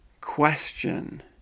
question